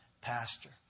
pastor